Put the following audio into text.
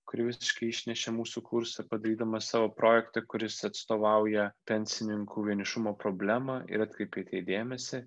kuri visiškai išnešė mūsų kursą padarydama savo projektą kuris atstovauja pensininkų vienišumo problemą ir atkreipė į tai dėmesį